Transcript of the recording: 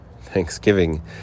Thanksgiving